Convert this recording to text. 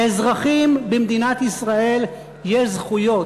לאזרחים במדינת ישראל יש זכויות.